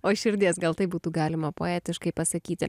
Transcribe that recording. o iš širdies gal taip būtų galima poetiškai pasakyti